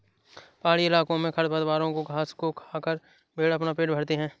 पहाड़ी इलाकों में खरपतवारों और घास को खाकर भेंड़ अपना पेट भरते हैं